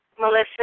Melissa